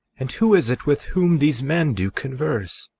and who is it with whom these men do converse?